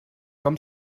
com